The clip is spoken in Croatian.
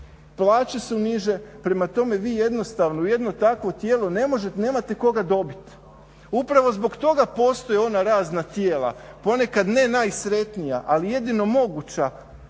plaće su niže, prema tome vi jednostavno u jedno takvo tijelo nemate koga dobiti. Upravo zbog toga postoje ona razna tijela, ponekad ne najsretnija, ali jedino moguća